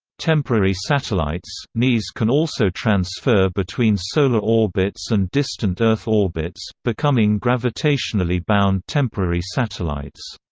temporary satellites neas can also transfer between solar orbits and distant earth orbits, becoming gravitationally bound temporary satellites.